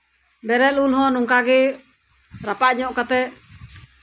ᱵᱮᱨᱮᱞ ᱩᱞ ᱦᱚᱸ ᱱᱚᱝᱠᱟᱜᱮ ᱨᱟᱯᱟᱜ ᱧᱚᱜ ᱠᱟᱛᱮᱜ